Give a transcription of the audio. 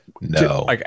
No